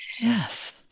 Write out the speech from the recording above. Yes